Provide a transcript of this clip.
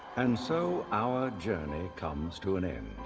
and so, our journey comes to an end.